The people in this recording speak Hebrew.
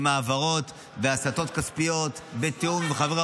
עם העברות והסטות כספיות בתיאום עם חברי